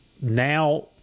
now